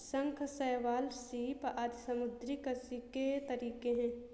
शंख, शैवाल, सीप आदि समुद्री कृषि के तरीके है